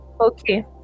okay